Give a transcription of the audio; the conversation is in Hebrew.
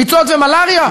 ביצות ומלריה?